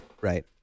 Right